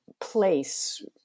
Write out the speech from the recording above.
place